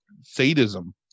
sadism